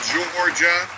Georgia